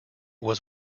was